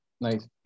Nice